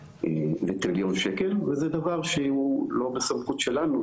לטריליון שקל וזה דבר שהוא לא בסמכות שלנו,